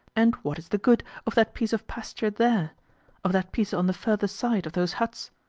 and what is the good of that piece of pasture there of that piece on the further side of those huts?